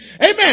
Amen